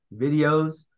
videos